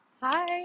Hi